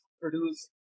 produce